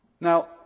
Now